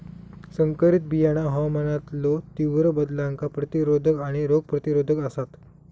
संकरित बियाणा हवामानातलो तीव्र बदलांका प्रतिरोधक आणि रोग प्रतिरोधक आसात